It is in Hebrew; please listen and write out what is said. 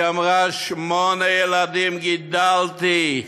היא אמרה: שמונה ילדים גידלתי.